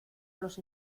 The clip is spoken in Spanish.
los